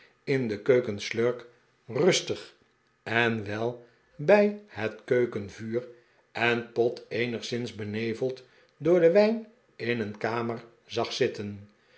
in de keuken slurk rustig en wel bij het keukenvuur en pott eenigszins beneveld door den wijn in een kamer zag zitten